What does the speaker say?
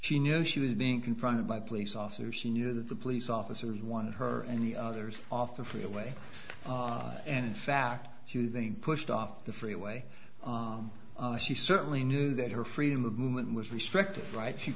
she knew she was being confronted by police officers she knew that the police officers wanted her and the others off the freeway and in fact she knew they pushed off the freeway she certainly knew that her freedom of movement was restricted right